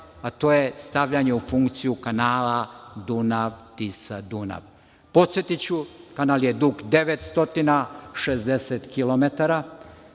a to je stavljanje u funkciju kanala Dunav-Tisa-Dunav. Podsetiću, kanal je dug 960